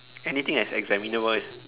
anything that's examinable is